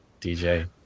DJ